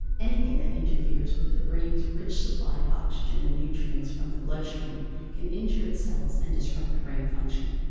anything that interferes with the brain's rich supply of oxygen and nutrients from the bloodstream can injure its cells and disrupt brain function.